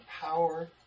power